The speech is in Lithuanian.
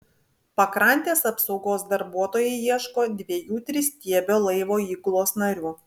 pakrantės apsaugos darbuotojai ieško dviejų tristiebio laivo įgulos narių